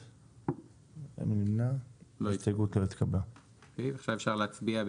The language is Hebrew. ההסתייגות היא בסעיף 5,